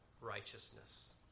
righteousness